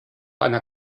einer